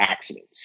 accidents